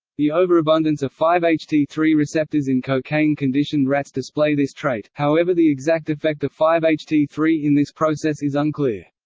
the overabundance of five h t three receptors in cocaine conditioned rats display this trait, however the exact effect of five h t three in this process is unclear.